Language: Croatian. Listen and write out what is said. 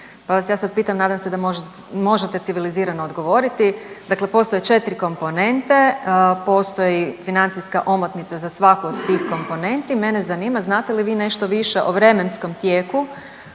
pa vas ja sad pitam, nadam se da možete civilizirano odgovoriti, dakle postoje 4 komponente, postoji financijska omotnica za svaku od tih komponenti, mene zanima znate li vi nešto više o vremenskom tijeku